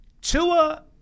Tua